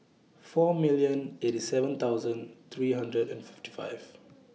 four million eighty seven thousand three hundred and fifty five